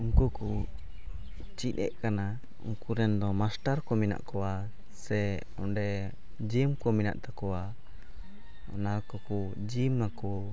ᱩᱱᱠᱩ ᱠᱚ ᱪᱮᱫᱮᱜ ᱠᱟᱱᱟ ᱩᱱᱠᱩ ᱠᱚᱨᱮᱱ ᱫᱚ ᱠᱚ ᱢᱮᱱᱟᱜ ᱠᱚᱣᱟ ᱥᱮ ᱚᱸᱰᱮ ᱠᱚ ᱢᱮᱱᱟᱜ ᱛᱟᱠᱚᱣᱟ ᱚᱱᱟ ᱠᱚᱠᱚ ᱟᱠᱚ